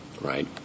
right